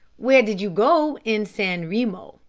where did you go in san remo?